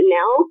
now